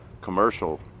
commercial